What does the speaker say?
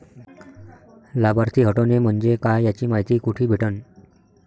लाभार्थी हटोने म्हंजे काय याची मायती कुठी भेटन?